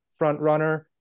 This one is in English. frontrunner